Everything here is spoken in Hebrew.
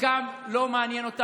חלקם לא מעניין אותם,